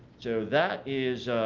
so, that is